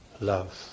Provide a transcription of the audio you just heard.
love